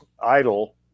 idle